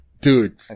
Dude